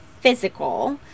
physical